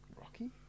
Rocky